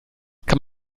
kann